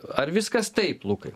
ar viskas taip lukai